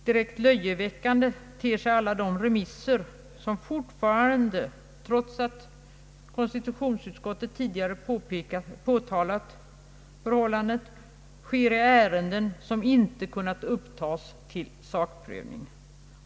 Direkt löjeväckande ter sig alla de remisser som fortfarande — trots att konstitutionsutskottet tidigare påtalat förhållandet — sker i ärenden som inte kunnat upptagas till sakprövning.